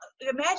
imagine